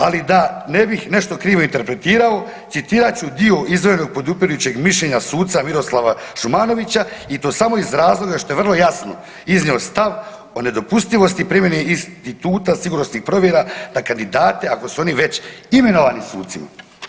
Ali da ne bih nešto krivo interpretirao citirat ću dio izdvojenog podupirujućeg mišljenja suca Miroslava Šumanovića i to samo iz razloga što je vrlo jasno iznio stav o nedopustivosti primjene instituta sigurnosnih provjera za kandidate ako su oni već imenovani sucima.